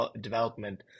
development